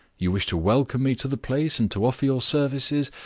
you wish to welcome me to the place, and to offer your services?